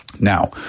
Now